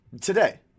today